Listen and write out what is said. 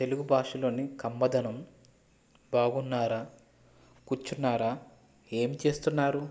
తెలుగు భాషలోని కమ్మదనం బాగున్నారా కూర్చున్నారా ఏం చేస్తున్నారు